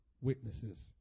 witnesses